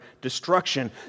destruction